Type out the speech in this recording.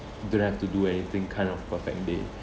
don't have to do anything kind of perfect day